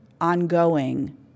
ongoing